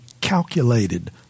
calculated